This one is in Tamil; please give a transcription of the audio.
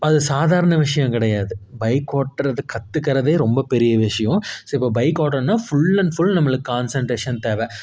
அது சாதாரண விஷயம் கிடையாது பைக்கு ஓட்டுறது கத்துக்கிறதே ரொம்ப பெரிய விஷயம் சரி இப்போ பைக்கு ஓட்டுறதுனா ஃபுல் அண்ட் ஃபுல் நம்மளுக்கு கான்சன்ட்ரேஷன் தேவை